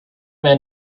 man